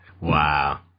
wow